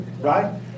right